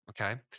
okay